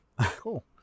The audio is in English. Cool